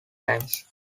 times